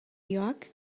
york